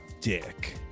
dick